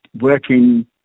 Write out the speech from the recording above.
working